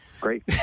Great